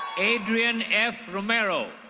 adrienne f romero.